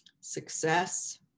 success